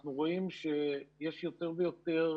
אנחנו רואים שיש יותר ויותר